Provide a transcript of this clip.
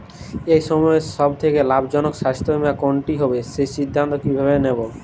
এই সময়ের সব থেকে লাভজনক স্বাস্থ্য বীমা কোনটি হবে সেই সিদ্ধান্ত কীভাবে নেব?